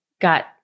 got